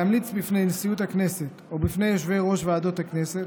להמליץ בפני נשיאות הכנסת או בפני יושבי-ראש ועדות הכנסת